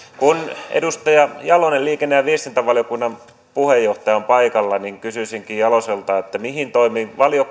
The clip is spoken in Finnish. kun edustaja jalonen liikenne ja viestintävaliokunnan puheenjohtaja on paikalla niin kysyisinkin jaloselta mihin toimiin valiokunta nyt